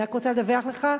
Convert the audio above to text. אני רק רוצה לדווח לך,